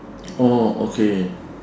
oh okay